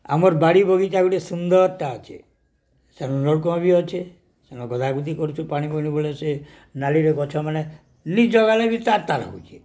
ଆମର୍ ବାଡ଼ି ବଗିଚା ଗୋଟେ ସୁନ୍ଦରଟା ଅଛେ ସେନ ନଳକୂଅ ବି ଅଛେ ସେନ ଗାଧାଗାଧି କରୁଛୁ ପାଣି ବେହିକିନା ସେ ନାଳିରେ ଗଛ ମାନେ ନାଇଁ ଜଗାଲେ ବି ତାର ତାର ହେଉଁଛେ